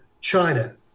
China